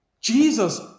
Jesus